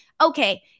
okay